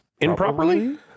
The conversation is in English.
improperly